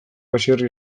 baserri